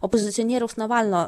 opozicionieriaus navalno